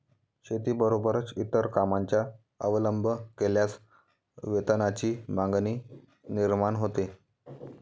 शेतीबरोबरच इतर कामांचा अवलंब केल्यास वेतनाची मागणी निर्माण होते